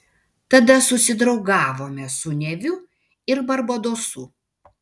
tada susidraugavome su neviu ir barbadosu